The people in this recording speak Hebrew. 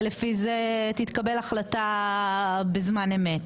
ולפי זה תתקבל החלטה בזמן אמת.